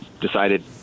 decided